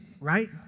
right